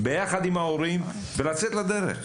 ביחד עם ההורים ולצאת לדרך.